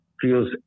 feels